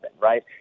right